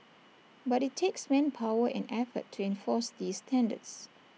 but IT takes manpower and effort to enforce these standards